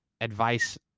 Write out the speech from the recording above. advice